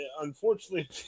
unfortunately